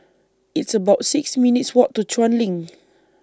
It's about six minutes' Walk to Chuan LINK